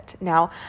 Now